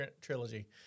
Trilogy